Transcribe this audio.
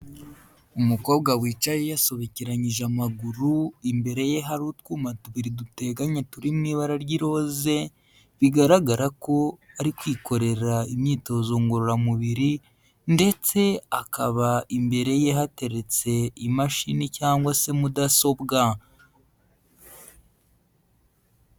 Umukobwa wicaye yasobekeranyije amaguru, imbere ye hari utwuma tubiri duteganye turi mu ibara ry'iroze, bigaragara ko ari kwikorera imyitozo ngororamubiri, ndetse akaba imbere ye hateretse imashini cyangwa se mudasobwa.